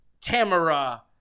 Tamara